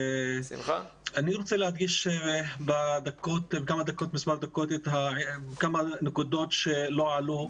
אני רוצה להדגיש במספר דקות כמה נקודות שלא עלו.